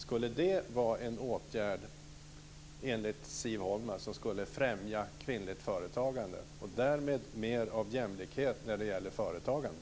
Är det en åtgärd, enligt Siv Holma, som skulle främja kvinnligt företagande och därmed mer av jämlikhet när det gäller företagande?